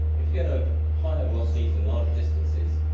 if you go to higher velocities and larger distances,